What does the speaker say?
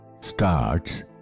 starts